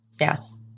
Yes